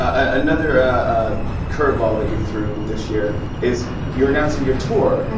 ah another ah curveball that you threw this year is you're announcing your tour.